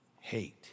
hate